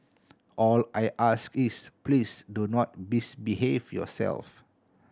all I ask is please do not misbehave yourself